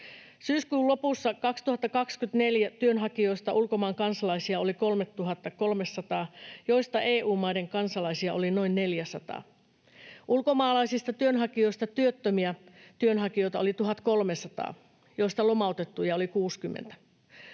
”Syyskuun lopussa 2024 työnhakijoista ulkomaan kansalaisia oli 3 300, joista EU-maiden kansalaisia oli noin 400. Ulkomaalaisista työnhakijoista työttömiä työnhakijoita oli 1 300, joista lomautettuja oli 60.